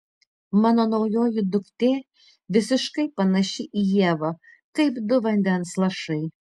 mano naujoji duktė visiškai panaši į ievą kaip du vandens lašai